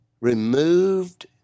removed